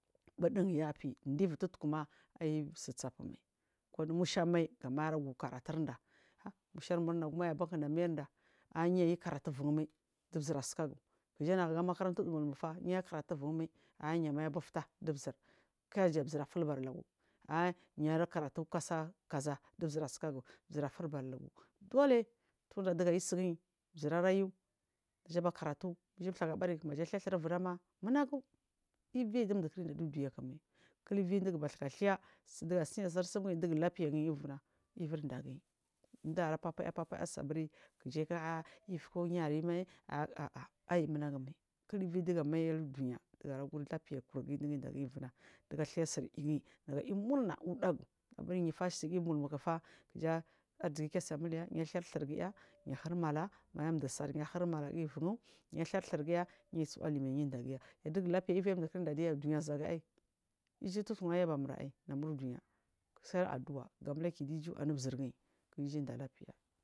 Buɗuyafi divi tutkuma ai susa umai kudu musha mai gamaira gu karatunda ha mushar mul unag m kinda mairda ayayikaratu uvur mai du zir asikagu kija nagaga makaranta udumulmufa yakaratu vunmai a yamai dufuta dizir kiyaja zir a fulba lagu a a yar karatur kasa kaza du zir asikagu zir’afulbalu dole tunda diga isu giyi zirarayu jiba karatu ijudha gu abaiyi maja dha dhir uvunam munagu ivi i du dum kiradaa udun yak mai kii ellin digu basuka thur a sudiya siya dumagu dugu labfegi yi lukina ivir dagiyi dara fafaya fafaya sa buri kijak a lukul yayi mai aaa ayimunagumai kil ivinduga mailu duniya garagur labfeyar kurgi digun daagiyi na duga thaiya sur iginyi naramur na u ɗagu abur yifa sigiya umulmu kufa kija arziki kesaimule yathur thilgiya yahir mala maja dusal yahir malagiya uvun ya thir thurgiya yasuwa limai yandagiya uvun yadu gulabfe eni i dundukar dadiya duniya zagui iju tutku ayabarmu raiy, uduniya sai adu’a gamule kidiju anu zirgiyi dijandaa lapfeyar.